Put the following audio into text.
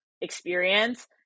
experience